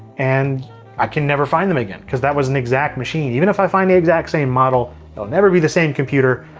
and i can never find them again cause that was an exact machine. even if i find the exact same model, it'll never be the same computer.